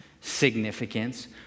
significance